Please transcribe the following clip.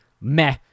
meh